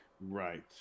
Right